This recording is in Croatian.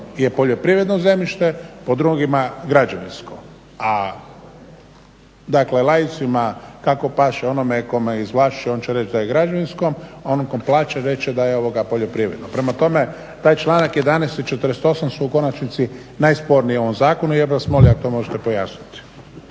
je poljoprivredno zemljište, po drugima građevinsko a dakle laicima kako paše, onome kome izvlašćuje on će reći da je građevinsko a onom tko plaća reć će da je poljoprivredno. Prema tome, taj članak 11 i 48 su u konačnici najsporniji u ovom zakonu i ja bih vas molio ako to možete pojasniti.